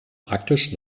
praktisch